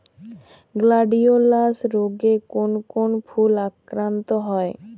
Gladiolus রোগে কোন কোন ফুল আক্রান্ত হয়?